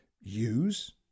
use